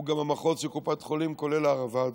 הוא גם המחוז של קופת חולים, כולל הערבה הדרומית.